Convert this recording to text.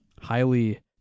highly